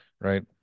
right